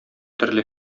төрле